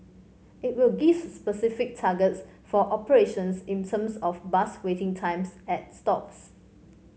it will gives specific targets for operations in terms of bus waiting times at stops